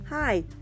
Hi